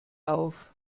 auf